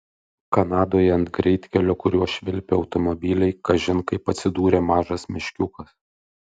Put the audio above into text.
kanadoje ant greitkelio kuriuo švilpė automobiliai kažin kaip atsidūrė mažas meškiukas